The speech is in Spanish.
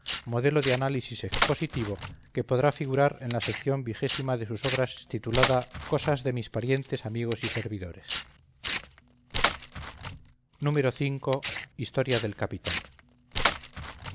modelo de análisis expositivo que podrá figurar en la sección vigésima de sus obras titulada cosas de mis parientes amigos y servidores v historia del capitán